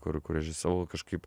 kur kur režisavau kažkaip